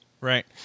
Right